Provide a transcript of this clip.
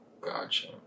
Gotcha